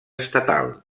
estatal